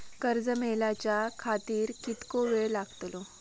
कर्ज मेलाच्या खातिर कीतको वेळ लागतलो?